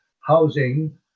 housing